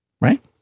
Right